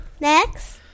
Next